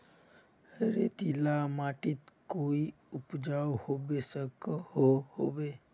रेतीला माटित कोई उपजाऊ होबे सकोहो होबे?